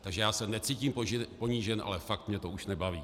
Takže já se necítím ponížen, ale fakt mě to už nebaví.